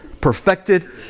Perfected